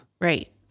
Right